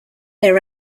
there